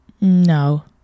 No